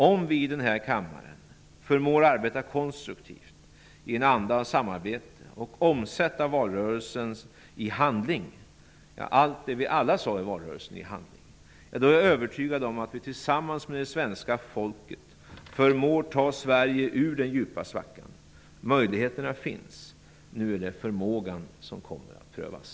Om vi i denna kammare förmår att arbeta konstruktivt i en anda av samarbete, och omsätta det vi alla sade i valrörelsen i handling, är jag övertygad om att vi tillsammans med det svenska folket förmår att ta Sverige ur den djupa svackan. Möjligheterna finns. Nu är det förmågan som kommer att prövas.